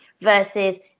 versus